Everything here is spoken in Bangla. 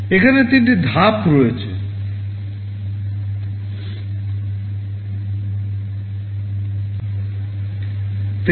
এখানে 3 টি ধাপ রয়েছে fetch decode execute